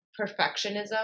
perfectionism